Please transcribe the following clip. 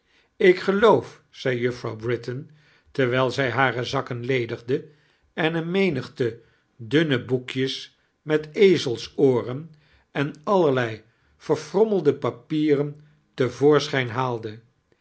ik geloof zed juffrouw britain terwrjl zij hare zakken ledigde en eene menigte dunne boekjes met eizelsooren en allerlei verfrommeme papierem te voorsohijn haalde